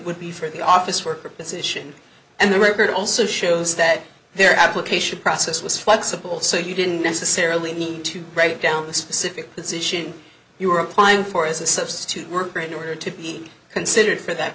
would be for the office worker position and the record also shows that their application process was flexible so you didn't necessarily need to break down the specific position you were applying for as a substitute worker in order to be considered for that